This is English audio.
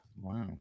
Wow